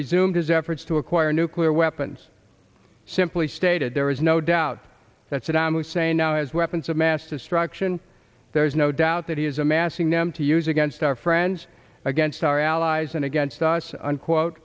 resumed his efforts to acquire nuclear weapons simply stated there is no doubt that saddam hussein now has weapons of mass destruction there's no doubt that he is amassing them to use against our friends against our allies and against us unquote